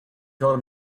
told